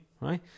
right